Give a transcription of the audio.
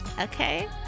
okay